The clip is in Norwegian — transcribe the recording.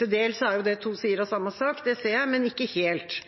Til dels er det to sider av samme sak – det ser jeg – men ikke helt.